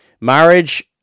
marriage